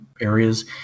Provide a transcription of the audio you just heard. areas